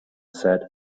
said